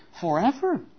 forever